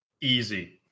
easy